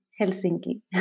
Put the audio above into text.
Helsinki